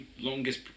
longest